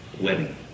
wedding